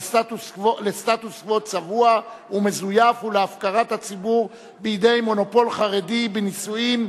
לסטטוס-קוו צבוע ומזויף ולהפקרת הציבור בידי מונופול חרדי בנישואין,